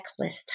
checklist